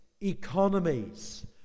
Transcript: economies